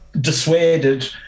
dissuaded